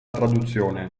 traduzione